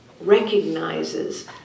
recognizes